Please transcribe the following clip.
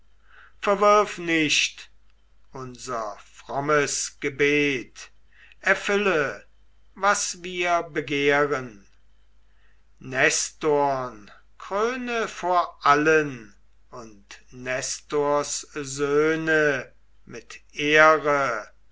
verwirf nicht unser frommes gebet erfülle was wir begehren nestorn kröne vor allen und nestors söhne mit ehre